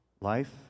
Life